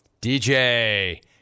DJ